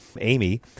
Amy